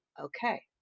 Okay